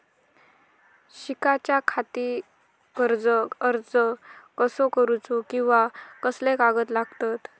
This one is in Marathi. शिकाच्याखाती कर्ज अर्ज कसो करुचो कीवा कसले कागद लागतले?